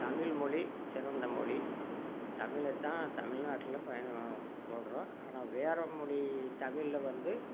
தமிழ்மொழி சிறந்த மொழி தமிழுதான் தமிழ்நாட்டில் பயனு ஆனால் வேறு மொழி தமிழில் வந்து